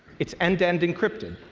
it's end-to-end encrypted.